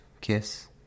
kiss